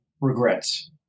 regrets